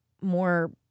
more